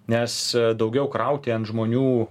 nes daugiau krauti ant žmonių